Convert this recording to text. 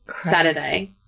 saturday